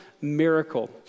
miracle